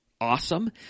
awesome